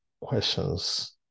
questions